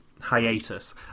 hiatus